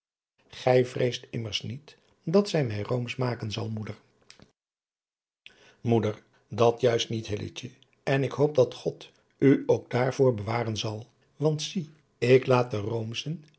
gij vreest immers niet dat zij mij roomsch maken zal moeder moeder dat juist niet hilletje en ik hoop dat god u ook daarvoor bewaren zal want zie ik laat de